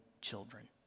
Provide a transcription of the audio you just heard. children